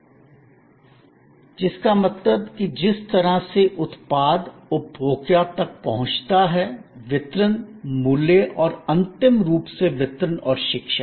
बढ़ावासंवर्धन जिसका मतलब कि जिस तरह से उत्पाद उपभोक्ता तक पहुँचते हैं वितरण मूल्य और अंतिम रूप से वितरण और शिक्षा